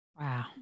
Wow